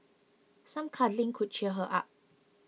some cuddling could cheer her up